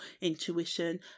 intuition